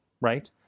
right